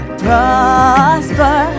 prosper